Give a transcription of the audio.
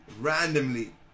Randomly